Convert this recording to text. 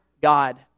God